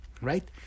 Right